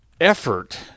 effort